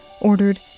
ordered